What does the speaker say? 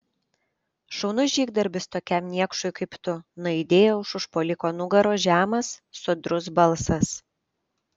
šaunus žygdarbis tokiam niekšui kaip tu nuaidėjo už užpuoliko nugaros žemas sodrus balsas